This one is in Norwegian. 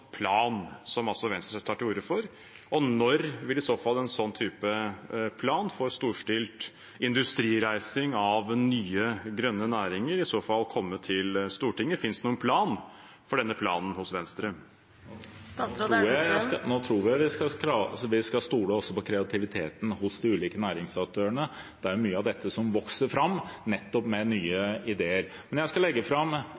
plan som Venstre tar til orde for? Og når vil i så fall en slik plan for en storstilt industrireising av nye, grønne næringer komme til Stortinget? Finnes det en plan for denne planen hos Venstre? Jeg tror vi også skal stole på kreativiteten hos de ulike næringsaktørene. Det er mye av dette som vokser fram nettopp gjennom nye ideer. Jeg skal legge fram